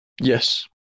Yes